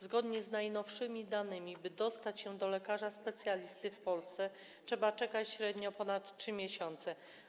Zgodnie z najnowszymi danymi, by dostać się do lekarza specjalisty w Polsce, trzeba czekać średnio ponad 3 miesiące.